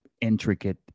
intricate